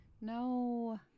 No